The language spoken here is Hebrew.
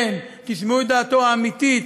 כן, תשמעו את דעתו האמיתית.